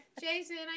Jason